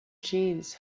jeans